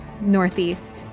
northeast